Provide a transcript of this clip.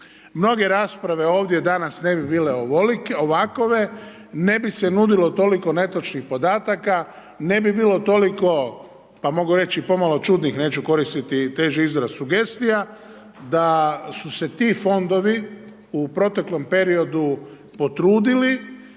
Mnoge rasprave ovdje danas ne bi bile ovakve, ne bi se nudilo toliko netočnih podataka, ne bi bilo toliko pa mogu reći pomalo čudnih, neću koristiti teži izraz, sugestija, da su se ti fondovi u proteklom periodu potrudili